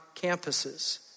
campuses